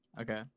okay